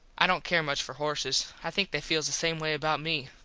i dont care much for horses. i think they feels the same way about me.